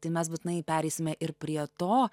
tai mes būtinai pereisime ir prie to